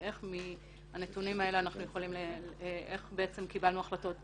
ואיך מהנתונים האלה קיבלנו החלטות